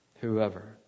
whoever